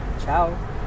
ciao